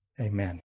Amen